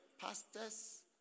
pastor's